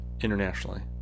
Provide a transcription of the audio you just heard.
internationally